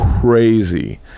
crazy